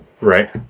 Right